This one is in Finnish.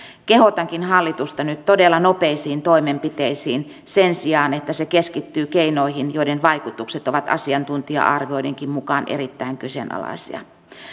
kehotankin hallitusta nyt todella nopeisiin toimenpiteisiin sen sijaan että se keskittyy keinoihin joiden vaikutukset ovat asiantuntija arvioidenkin mukaan erittäin kyseenalaisia